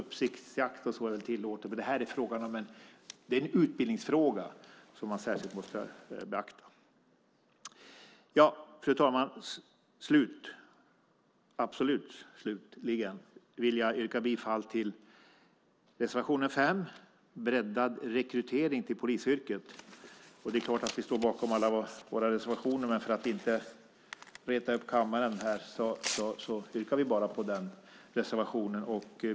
Uppsiktsjakt och sådant är tillåtet. Men det här är en utbildningsfråga som man särskilt måste beakta. Fru talman! Slutligen yrkar jag bifall till reservation 5 om breddad rekrytering till polisyrket. Det är klart att vi står bakom alla våra reservationer, men för att inte reta upp kammaren yrkar vi bifall bara till den reservationen.